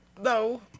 No